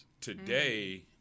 today